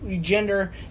gender